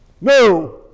No